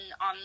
on